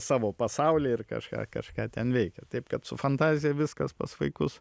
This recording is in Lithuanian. savo pasaulį ir kažką kažką ten veikia taip kad su fantazija viskas pas vaikus